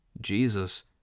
Jesus